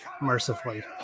Mercifully